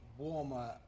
warmer